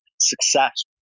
success